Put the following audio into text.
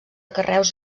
carreus